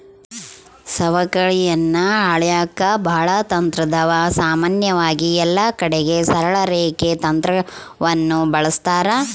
ಸವಕಳಿಯನ್ನ ಅಳೆಕ ಬಾಳ ತಂತ್ರಾದವ, ಸಾಮಾನ್ಯವಾಗಿ ಎಲ್ಲಕಡಿಗೆ ಸರಳ ರೇಖೆ ತಂತ್ರವನ್ನ ಬಳಸ್ತಾರ